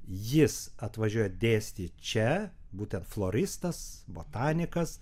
jis atvažiuoja dėstyt čia būtent floristas botanikas